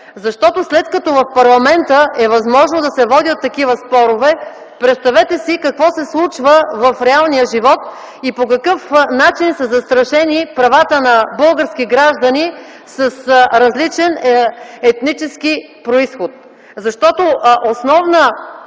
След като в парламента е възможно да се водят такива спорове, представете си какво се случва в реалния живот и по какъв начин са застрашени правата на български граждани с различен етнически произход!